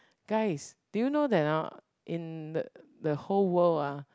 guys do you know that hor in the the whole world ah